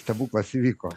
stebuklas įvyko